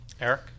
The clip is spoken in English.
Eric